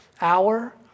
hour